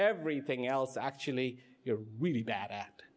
everything else actually you're really bad